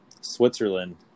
switzerland